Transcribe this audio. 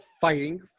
Fighting